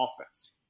offense